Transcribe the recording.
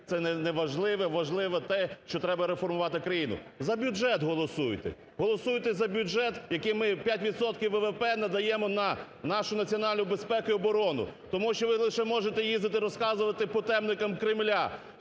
це неважливе, важливе те, що треба реформувати країну. За бюджет голосуйте. Голосуйте за бюджет яким ми 5 відсотків ВВП надаємо на нашу національну безпеку і оборону. Тому що ви лише можете їздити розказувати по "темникам" Кремля